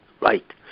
Right